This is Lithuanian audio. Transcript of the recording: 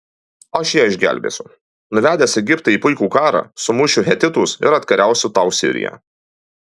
aš ją išgelbėsiu nuvedęs egiptą į puikų karą sumušiu hetitus ir atkariausiu tau siriją